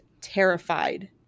terrified